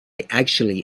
actually